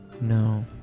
No